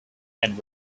and